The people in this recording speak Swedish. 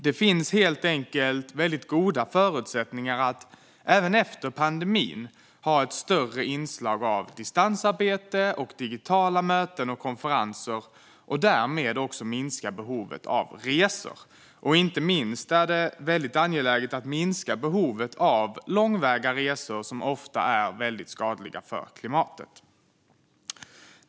Det finns helt enkelt goda förutsättningar att även efter pandemin ha ett större inslag av distansarbete, digitala möten och konferenser och därmed minska behovet av resor. Inte minst är det angeläget att minska behovet av långväga resor, som ofta är väldigt skadliga för klimatet.